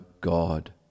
God